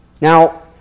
Now